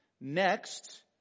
Next